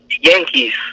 Yankees